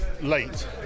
Late